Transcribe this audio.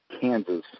Kansas